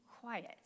quiet